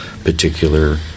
particular